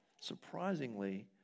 surprisingly